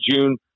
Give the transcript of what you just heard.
June